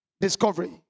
discovery